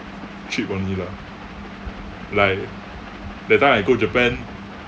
cheap only lah like that time I go japan